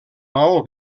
maó